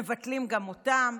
מבטלים גם אותם.